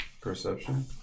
Perception